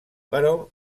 però